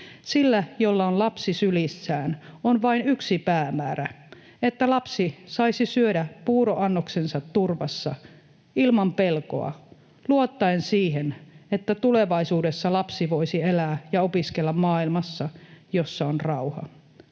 Sillä, jolla on lapsi sylissään, on vain yksi päämäärä: että lapsi saisi syödä puuroannoksensa turvassa, ilman pelkoa luottaen siihen, että tulevaisuudessa lapsi voisi elää ja opiskella maailmassa, jossa on rauha.”